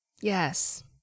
Yes